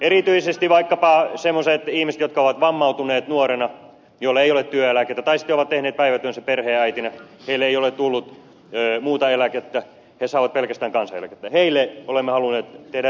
erityisesti vaikkapa semmoisille ihmisille jotka ovat vammautuneet nuorina ja joilla ei ole työeläkettä tai sitten niille jotka ovat tehneet päivätyönsä perheenäitinä ja joille ei ole tullut muuta eläkettä ja jotka saavat pelkästään kansaneläkettä olemme halunneet tehdä reilumpia korotuksia